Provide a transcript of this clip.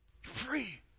Free